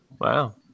wow